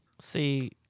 See